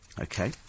Okay